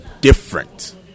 different